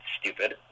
stupid